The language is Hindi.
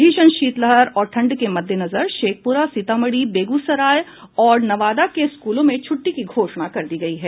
भीषण शीतलहर और ठंड के मद्देनजर शेखपुरा सीतामढी बेगूसराय और नवादा के स्कूलों में छुट्टी की घोषणा कर दी गयी है